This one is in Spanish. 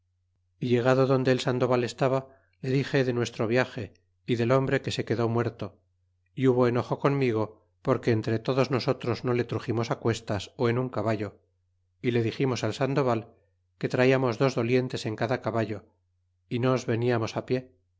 y llegado donde el sandoval estaba le dixe de nue tro viage y del hombre que se quedó muerto y hubo enojo conmigo porque entre todos nosotros no le truximos cuestas o en un caballo y le diximos al sandoval que ti ajamos dos dolientes en cada caballo é nos veniamos á pie